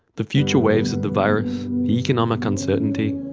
the future waves of the virus, the economic uncertainty.